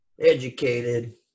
educated